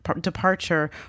departure